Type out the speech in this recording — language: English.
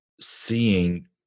seeing